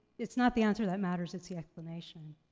it's not the answer that matters, it's the explanation.